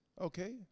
okay